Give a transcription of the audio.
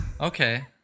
Okay